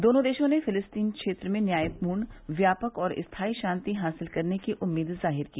दोनों देशों ने फिलीस्तीन क्षेत्र में न्यायपूर्ण व्यापक और स्थाई शांति हासिल करने की उम्मीद जाहिर की